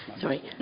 Sorry